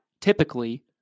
typically